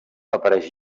apareix